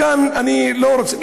כאן אני לא רוצה,